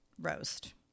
roast